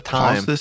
time